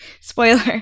Spoiler